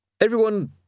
Everyone